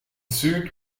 suit